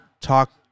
talk